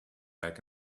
like